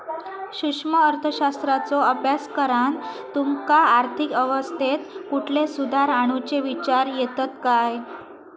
सूक्ष्म अर्थशास्त्राचो अभ्यास करान तुमका आर्थिक अवस्थेत कुठले सुधार आणुचे विचार येतत काय?